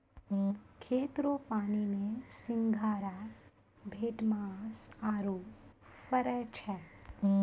खेत रो पानी मे सिंघारा, भेटमास आरु फरै छै